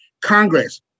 Congress